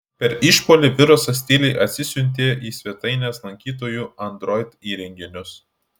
per išpuolį virusas tyliai atsisiuntė į svetainės lankytojų android įrenginius